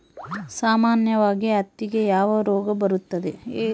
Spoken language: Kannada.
ಸಾಮಾನ್ಯವಾಗಿ ಹತ್ತಿಗೆ ಯಾವ ರೋಗ ಬರುತ್ತದೆ?